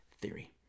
theory